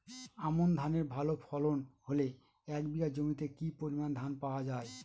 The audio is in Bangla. আমন ধানের ভালো ফলন হলে এক বিঘা জমিতে কি পরিমান ধান পাওয়া যায়?